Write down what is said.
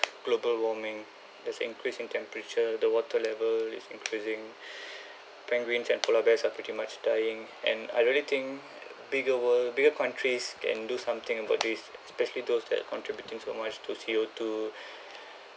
global warming there's increasing temperature the water level is increasing penguins and polar bears are pretty much dying and I really think bigger world bigger countries can do something about this especially those that are contributing so much to see o two